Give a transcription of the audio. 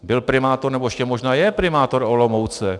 Byl primátor, nebo ještě možná je primátor Olomouce.